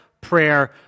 prayer